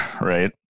right